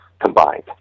combined